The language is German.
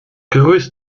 grüß